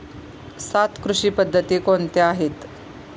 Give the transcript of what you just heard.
सात कृषी पद्धती कोणत्या आहेत?